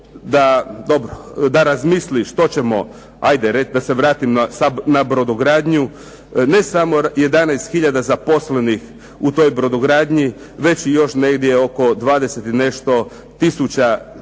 da razmisli što ćemo, ajde da se vratim na brodogradnju, ne samo 11 tisuća zaposlenih u toj brodogradnji, već i oko 20